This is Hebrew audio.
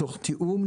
תוך תיאום,